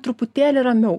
truputėlį ramiau